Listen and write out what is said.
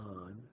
on